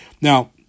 Now